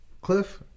cliff